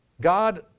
God